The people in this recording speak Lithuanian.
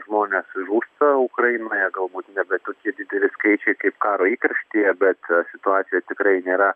žmonės žūsta ukrainoje galbūt nebe tokie dideli skaičiai kaip karo įkarštyje bet situacija tikrai nėra